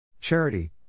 Charity